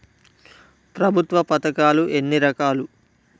ప్రభుత్వ పథకాలు ఎన్ని రకాలు?